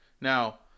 now